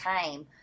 time